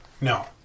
No